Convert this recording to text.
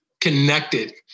connected